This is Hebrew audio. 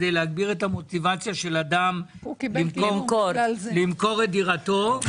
כדי להגביר את המוטיבציה של אדם למכור את דירתו.